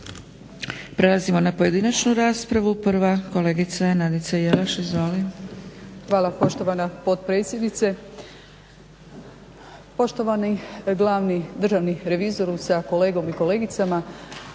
Prelazimo na pojedinačnu raspravu. Prva kolegica Nadica Jelaš, izvoli.